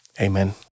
Amen